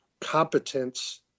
competence